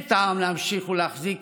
אין טעם להמשיך ולהחזיק